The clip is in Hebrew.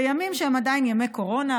בימים שהם עדיין ימי קורונה,